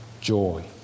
joy